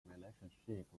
relationship